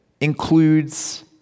includes